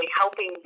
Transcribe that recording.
helping